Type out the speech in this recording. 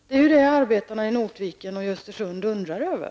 Det är vad arbetarna i Notviken och Östersund undrar över.